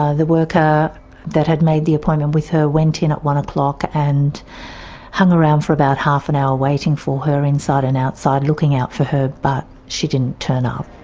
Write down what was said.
ah the worker that had made the appointment with her went in at one o'clock and hung around for about half an hour waiting for her, inside and outside, looking out for her, but she didn't turn up.